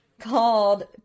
Called